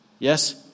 Yes